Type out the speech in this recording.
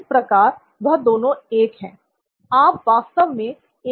इस प्रकार वह दोनों एक हैं आप वास्तव में एक ही चीज को देख रहे हैं